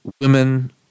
women